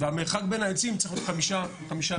והמרחק בין העצים צריך להיות 5 מטרים.